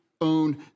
own